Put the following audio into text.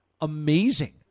Amazing